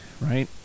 right